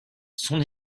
son